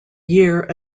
year